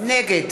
נגד